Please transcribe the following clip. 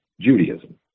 Judaism